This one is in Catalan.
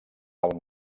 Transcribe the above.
del